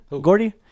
Gordy